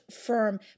firm